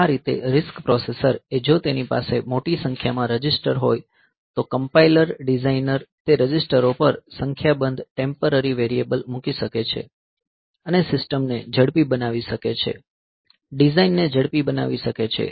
આ રીતે RISC processor એ જો તેની પાસે મોટી સંખ્યા માં રજીસ્ટર હોય તો કમ્પાઈલર ડીઝાઈનર તે રજીસ્ટરો પર સંખ્યાબંધ ટેમ્પરરી વેરિએબલ મૂકી શકે છે અને સિસ્ટમ ને ઝડપી બનાવી શકે છે ડિઝાઇનને ઝડપી બનાવી શકે છે